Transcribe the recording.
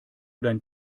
dein